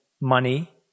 money